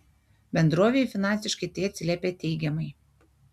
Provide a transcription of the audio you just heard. bendrovei finansiškai tai atsiliepė teigiamai